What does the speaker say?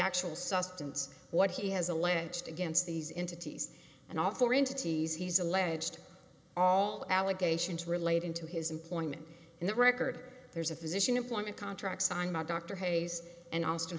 actual substance what he has alleged against these into teas and all four entities he's alleged all allegations relating to his employment and the record there's a physician employment contract signed by dr hayes and als